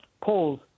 polls